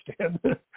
understand